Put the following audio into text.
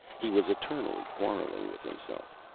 he was eternally quarrelling with himself.